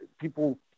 people